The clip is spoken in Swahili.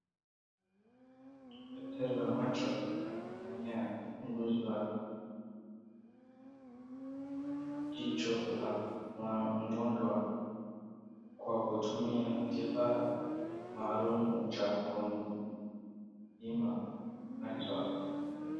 Daktari wa macho akifanya uchunguzi wa jicho la mgonjwa kwa kutumia kifaa maalum cha kupima macho.